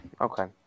okay